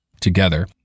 together